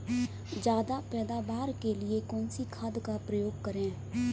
ज्यादा पैदावार के लिए कौन सी खाद का प्रयोग करें?